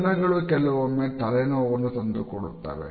ಬಣ್ಣಗಳು ಕೆಲವೊಮ್ಮೆ ತಲೆನೋವನ್ನು ತಂದೊಡ್ಡುತ್ತವೆ